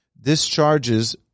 discharges